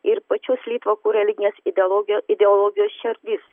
ir pačios litvakų religinės ideologijo ideologijos širdis